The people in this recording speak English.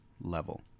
level